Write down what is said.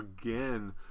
again